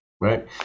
Right